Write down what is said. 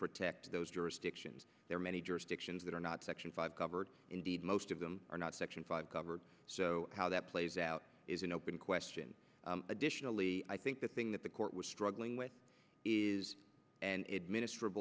jurisdictions there are many jurisdictions that are not section five covered indeed most of them are not section five covered so how that plays out is an open question additionally i think the thing that the court was struggling with is and it minist